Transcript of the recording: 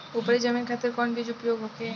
उपरी जमीन खातिर कौन बीज उपयोग होखे?